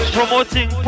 promoting